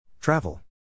Travel